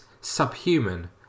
subhuman